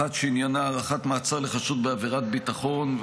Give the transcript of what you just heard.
אחת שעניינה הארכת מעצר לחשוד בעבירת ביטחון,